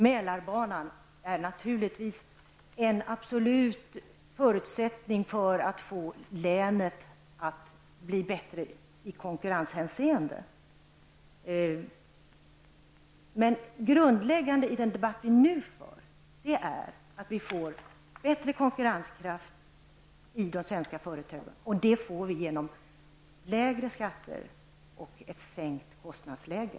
Mälarbanan är naturligtvis en absolut förutsättning för att skapa bättre förutsättningar för länet i konkurrenshänseende. Det grundläggande i den debatt som vi nu för är att vi får bättre konkurrenskraft i de svenska företagen, och det får vi genom lägre skatter och ett sänkt kostnadsläge.